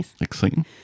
exciting